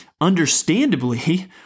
understandably